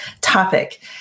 topic